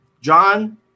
John